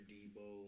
Debo